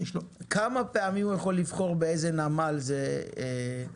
כמה פעמים הוא יכול לבחור באיזה נמל זה יגיע?